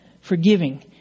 Forgiving